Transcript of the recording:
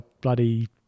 bloody